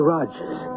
Rogers